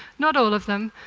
not all of them,